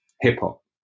hip-hop